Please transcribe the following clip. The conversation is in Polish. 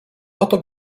oto